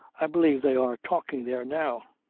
i believe they are talking there now.